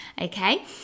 Okay